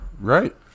Right